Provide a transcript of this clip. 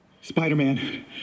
Spider-Man